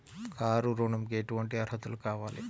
Car ఋణంకి ఎటువంటి అర్హతలు కావాలి?